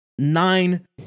Nine